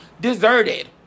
deserted